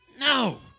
No